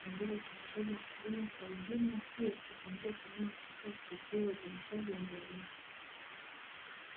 huongeza uzalishaji wa kilimo kwa jumla, pia huchangia usalama wa chakula kupitia uzalishaji endelevu.